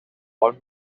one